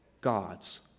God's